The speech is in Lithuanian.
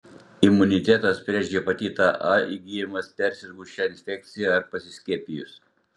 imunitetas prieš hepatitą a įgyjamas persirgus šia infekcija ar pasiskiepijus